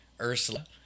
Ursula